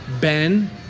Ben